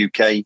uk